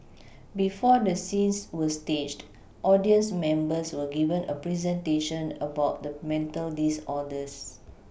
before the scenes were staged audience members were given a presentation about the mental disorders